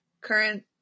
Current